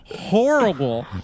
horrible